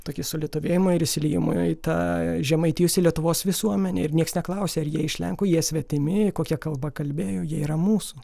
tokį sulietuvėjimą ir išsiliejimą į tą žemaitijos į lietuvos visuomenę ir nieks neklausia ar jie iš lenkų jie svetimi kokia kalba kalbėjo jie yra mūsų